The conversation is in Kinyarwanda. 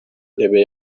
ntebe